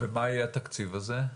מה יהיה התקציב הזה?